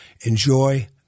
enjoy